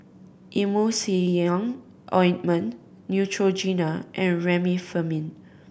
Emulsying Ointment Neutrogena and Remifemin